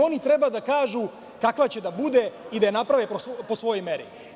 Oni treba da kažu kakva će da bude i da je naprave po svojoj meri.